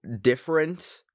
different